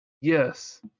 yes